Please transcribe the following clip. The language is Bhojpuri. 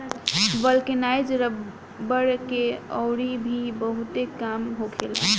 वल्केनाइज रबड़ के अउरी भी बहुते काम होखेला